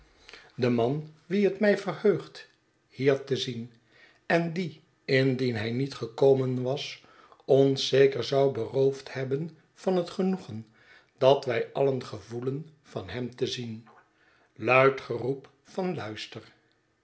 be man wien het mij verheugt hier te zien en die indien hij niet gekomen was ons zeker zou beroofd hebben van het genoegen dat wij alien gevoelen van hem te zien